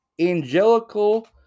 angelical